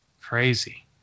crazy